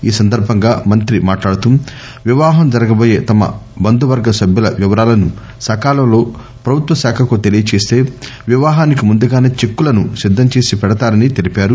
ఈ సందర్బంగా మంత్రి మాట్లాడుతూ వివాహం జరగబోయే తమ బంధువర్గం సభ్యుల వివరాలను సకాలంలో ప్రభుత్వశాఖకు తెలియచేస్తే వివాహానికి ముందుగానే చెక్కులను సిద్గం చేసి పెడతారని తెలిపారు